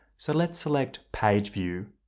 so let's select page view.